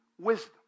wisdom